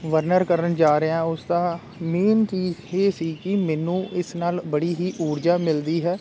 ਵਰਨਣ ਕਰਨ ਜਾ ਰਿਹਾ ਉਸ ਦਾ ਮੇਨ ਚੀਜ਼ ਇਹ ਸੀ ਕਿ ਮੈਨੂੰ ਇਸ ਨਾਲ ਬੜੀ ਹੀ ਊਰਜਾ ਮਿਲਦੀ ਹੈ